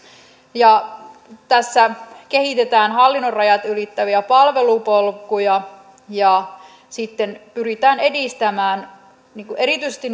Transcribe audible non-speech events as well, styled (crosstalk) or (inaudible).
tässä kehitetään hallinnonrajat ylittäviä palvelupolkuja ja sitten pyritään edistämään erityisesti (unintelligible)